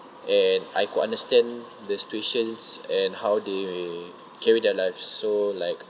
and I could understand the situations and how they carry their lives so like